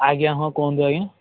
ଆଜ୍ଞା ହଁ କୁହନ୍ତୁ ଆଜ୍ଞା